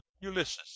Ulysses